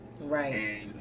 Right